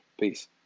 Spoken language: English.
Peace